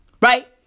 right